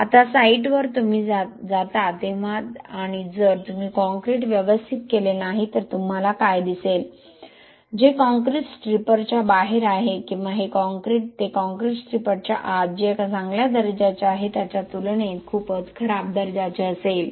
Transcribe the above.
आता साइटवर तुम्ही जाता तेव्हा आणि जर तुम्ही काँक्रीट व्यवस्थित केले नाही तर तुम्हाला काय दिसेल जे काँक्रीट स्टिर्रपच्या बाहेर आहे किंवा हे कॉंक्रिट ते काँक्रीट स्टिरपच्या आत जे चांगल्या दर्जाचे आहे त्याच्या तुलनेत खूपच खराब दर्जाचे असेल